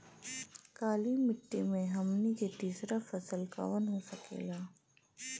काली मिट्टी में हमनी के तीसरा फसल कवन हो सकेला?